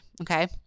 Okay